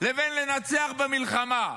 לבין לנצח במלחמה.